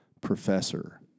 Professor